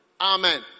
Amen